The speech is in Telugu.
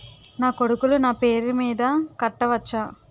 నా కొడుకులు నా పేరి మీద కట్ట వచ్చా?